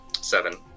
seven